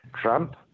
Trump